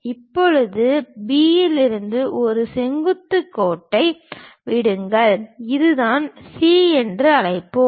இப்போது B இலிருந்து ஒரு செங்குத்து கோட்டை விடுங்கள் இதுதான் C என்று அழைப்போம்